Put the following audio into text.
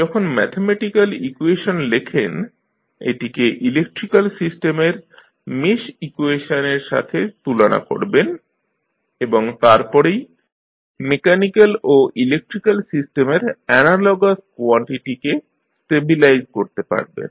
যখন mathematical equation লেখেন এটিকে ইলেক্ট্রিক্যাল সিস্টেমের মেশ ইকুয়েশন এর সাথে তুলনা করবেন এবং তারপরেই মেকানিক্যাল ও ইলেক্ট্রিক্যাল সিস্টেমের অ্যানালগাস কোয়ানটিটি কে স্টেবিলাইজ করতে পারবেন